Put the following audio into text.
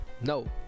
no